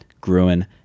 Gruen